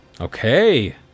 Okay